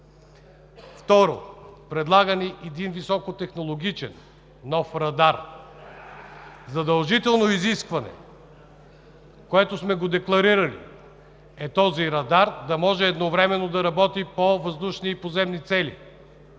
Второ, предлага ни се един високотехнологичен нов радар. Задължително изискване, което сме декларирали, е този радар да може едновременно да работи по въздушни и по наземни цели.